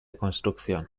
construcción